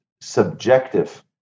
subjective